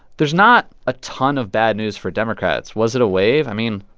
there's not a ton of bad news for democrats. was it a wave? i mean,